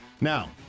Now